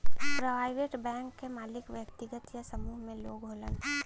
private bank क मालिक व्यक्तिगत या समूह में लोग होलन